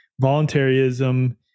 voluntarism